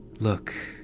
look.